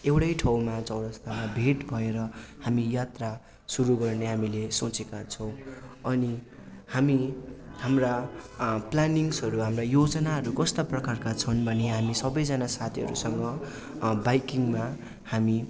एउटै ठाउँमा चौरस्तामा भेट भएर हामी यात्रा सुरु गर्ने हामीले सोचेका छौँ अनि हामी हाम्रा प्लानिङ्सहरू हाम्रा योजनाहरू कस्ता प्रकारका छन् भने हामी सबैजना साथीहरूसँग बाइकिङमा हामी